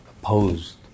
Opposed